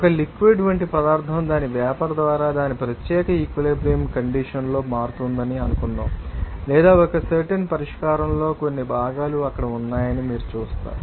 ఒక లిక్విడ్ ం వంటి పదార్థం దాని వేపర్ ద్వారా దాని ప్రత్యేక ఈక్వలెబ్రియంకండీషన్ లో మారుతోందని అనుకుందాం లేదా ఒక సర్టెన్ పరిష్కారంలో కొన్ని భాగాలు అక్కడ ఉన్నాయని మీరు చూస్తారు